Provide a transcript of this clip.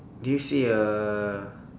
do you see a